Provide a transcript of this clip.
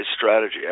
strategy